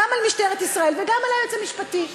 גם על משטרת ישראל וגם על היועץ המשפטי.